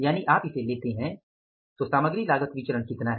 यानि आप इसे लेते हैं तो सामग्री लागत विचरण कितना है